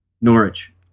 Norwich